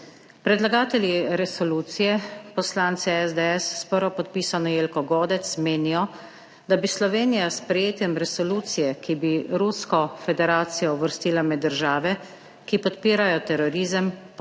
Predlagatelji resolucije, poslanci SDS s prvopodpisano Jelko Godec menijo, da bi Slovenija s sprejetjem resolucije, ki bi Rusko federacijo uvrstila med države, ki podpirajo terorizem, podprla